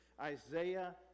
Isaiah